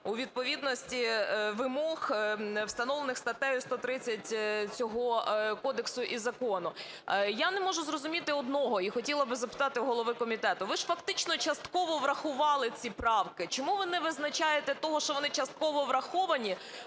у відповідності вимог, встановлених статтею 130 цього кодексу і закону. Я не можу зрозуміти одного і хотіла би запитати у голови комітету. Ви ж фактично частково врахували ці правки, чому ви не визначаєте того, що вони частково враховані,